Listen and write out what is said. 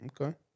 Okay